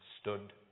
stood